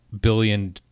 billion